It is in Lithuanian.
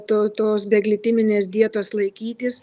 to tos beglitiminės dietos laikytis